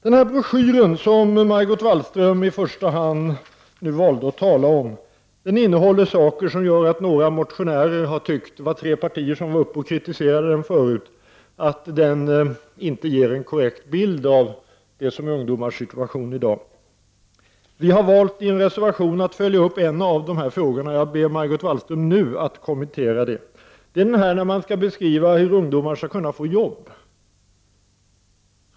Den broschyr som Margot Wallström i första hand valde att tala om innehåller saker som gör att representanter för tre partier här har gått upp och kritiserat för att den inte ger en korrekt bild av ungdomars situation i dag. Vi valde i vår reservation att följa upp en av dessa frågor. Jag ber nu Margot Wallström att kommentera den. Det gäller hur ungdomar skall kunna få jobb.